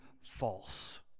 false